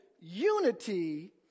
unity